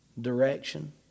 Direction